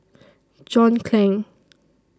John Clang